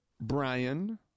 Brian